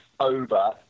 over